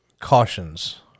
cautions